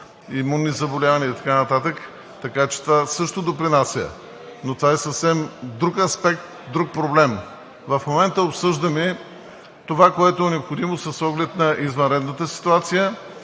имунни заболявания и така нататък. Така че това също допринася, но е съвсем друг аспект, друг проблем. В момента обсъждаме това, което е необходимо, с оглед на извънредната ситуация.